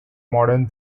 modern